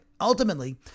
ultimately